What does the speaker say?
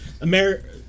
America